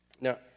Now